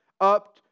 up